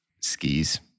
skis